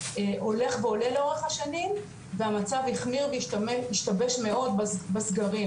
הולך ועולה לאורך השנים והמצב החמיר והשתבש מאוד בסגרים,